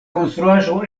konstruaĵo